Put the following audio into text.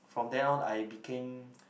from then on I became